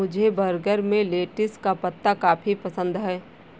मुझे बर्गर में लेटिस का पत्ता काफी पसंद है